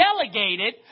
delegated